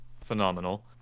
phenomenal